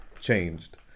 changed